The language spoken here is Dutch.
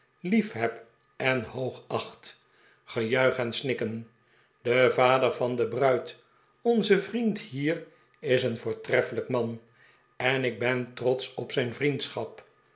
liefheb en hoogacht gejuich en snikken de vader van de bruid onze vriend hier is een voortreffelijk man en ik ben trotsch op zijn vriendschap